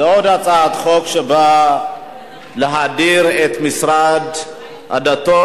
זו עוד הצעת חוק שבאה להאדיר את משרד הדתות.